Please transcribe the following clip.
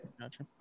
Gotcha